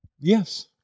yes